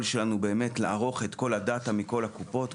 שלנו הוא לערוך את כל הדאטה מכל הקופות,